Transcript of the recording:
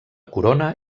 corona